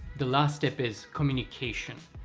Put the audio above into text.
the last step is communication.